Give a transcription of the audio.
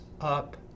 up